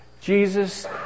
Jesus